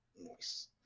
Nice